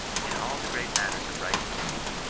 in all the great matters of right and duty,